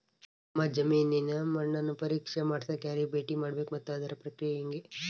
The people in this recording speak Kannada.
ನಮ್ಮ ಜಮೇನಿನ ಮಣ್ಣನ್ನು ಪರೇಕ್ಷೆ ಮಾಡ್ಸಕ ಯಾರಿಗೆ ಭೇಟಿ ಮಾಡಬೇಕು ಮತ್ತು ಅದರ ಪ್ರಕ್ರಿಯೆ ಹೆಂಗೆ?